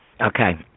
okay